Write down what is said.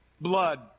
Blood